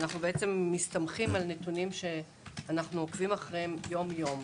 אנו מסתמכים על נתונים שאנו עוקבים אחריהם יום-יום.